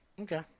Okay